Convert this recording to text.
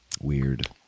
Weird